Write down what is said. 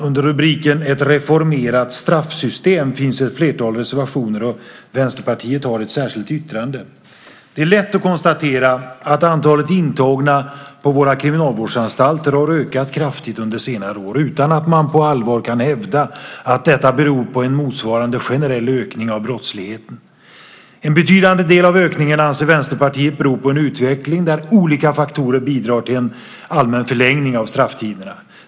Under rubriken Ett reformerat straffsystem finns ett flertal reservationer och Vänsterpartiet har ett särskilt yttrande. Det är lätt att konstatera att antalet intagna på våra kriminalvårdsanstalter har ökat kraftigt under senare år utan att man på allvar kan hävda att detta beror på en motsvarande generell ökning av brottsligheten. Vänsterpartiet anser att en betydande del av ökningen beror på en utveckling där olika faktorer bidrar till en allmän förlängning av strafftiderna.